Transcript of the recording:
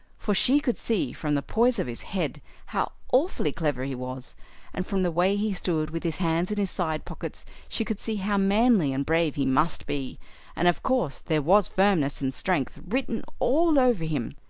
for she could see from the poise of his head how awfully clever he was and from the way he stood with his hands in his side pockets she could see how manly and brave he must be and of course there was firmness and strength written all over him.